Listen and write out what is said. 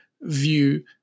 view